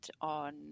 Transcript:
on